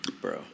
Bro